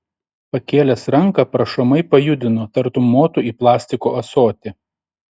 pakėlęs ranką prašomai pajudino tartum motų į plastiko ąsotį